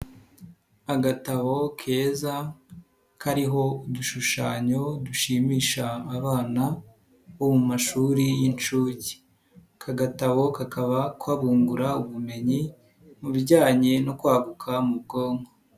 Agatabo keza kariho udushushanyo dushimisha abana bo mu mashuri y'inshuke, aka gatabo kakaba kabumbura ubumenyi mu bijyanye no kwaguka mu bwonko.